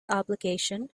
obligation